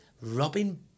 Robin